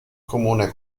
comune